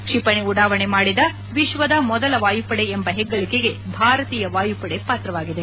ಕ್ಷಿಪಣಿ ಉಡಾವಣಿ ಮಾಡಿದ ವಿಶ್ವದ ಮೊದಲ ವಾಯುಪಡೆ ಎಂಬ ಹೆಗ್ಗಳಿಕೆಗೆ ಭಾರತೀಯ ವಾಯುಪಡೆ ಪಾತ್ರವಾಗಿದೆ